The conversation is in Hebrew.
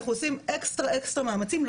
אנחנו עושים אקסטרה אקסטרה ניסיונות